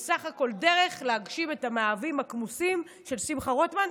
היא בסך הכול דרך להגשים את המאוויים הכמוסים של שמחה רוטמן.